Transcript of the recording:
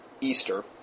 Easter